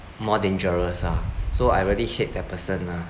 more dangerous lah so I really hate that person lah